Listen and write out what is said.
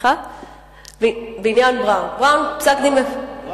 Brown v.